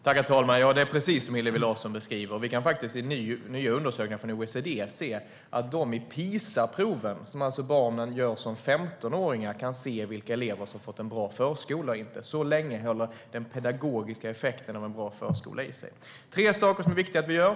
Herr talman! Det är precis som Hillevi Larsson beskriver. Enligt nya undersökningar från OECD kan man faktiskt i PISA-proven, som barnen alltså gör som 15-åringar, se vilka elever som har fått en bra förskola. Det visar den pedagogiska effekten av en bra förskola. Det är tre saker som är viktiga att vi gör.